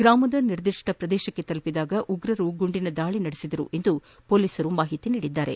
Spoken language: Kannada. ಗ್ರಾಮದ ನಿರ್ದಿಷ್ಲ ಪ್ರದೇಶಕ್ಕೆ ತಲುಪಿದಾಗ ಉಗ್ರರು ಗುಂಡಿನ ದಾಳಿ ನಡೆಸಿದರು ಎಂದು ಪೊಲೀಸರು ತಿಳಿಸಿದ್ದಾರೆ